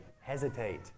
hesitate